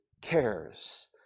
cares